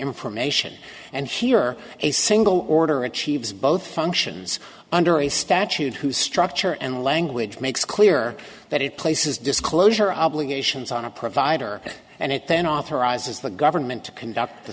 information and hear a single order achieves both functions under a statute whose structure and language makes clear that it places disclosure of ations on a provider and it then authorizes the government to conduct